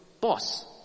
boss